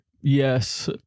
Yes